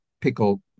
pickle